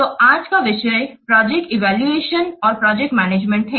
तो आज का विषय प्रोजेक्ट इवैल्यूएशन और प्रोजेक्ट मैनेजमेंट है